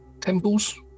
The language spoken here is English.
temples